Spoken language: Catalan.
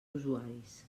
usuaris